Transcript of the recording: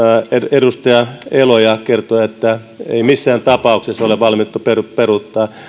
edustaja elo ja kertoo että ei missään tapauksessa ole valmiutta peruuttaa